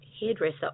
hairdresser